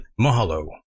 Mahalo